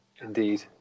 indeed